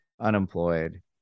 unemployed